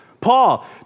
Paul